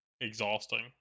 exhausting